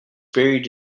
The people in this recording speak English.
buried